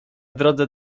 drodze